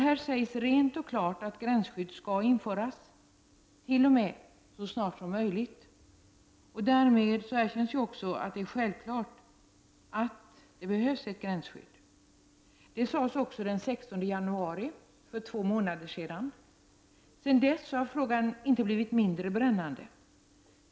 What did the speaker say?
Här sägs rent och klart att gränsskydd skall införas, t.o.m. så snart som möjligt, och därmed erkänns också att det är självklart att ett gränsskydd skall finnas. Det sades också den 16 januari, för två månader sedan. Sedan dess har frågan inte blivit mindre brännande.